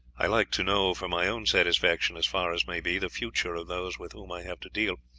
i like to know for my own satisfaction, as far as may be, the future of those with whom i have to deal.